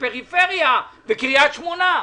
ופריפריה וקריית שמונה.